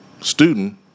student